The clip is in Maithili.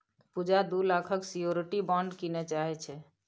पुजा दु लाखक सियोरटी बॉण्ड कीनय चाहै छै